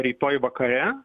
rytoj vakare